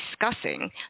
discussing